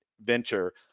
venture